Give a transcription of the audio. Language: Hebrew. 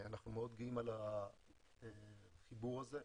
אנחנו מאוד גאים על החיבור הזה.